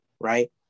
right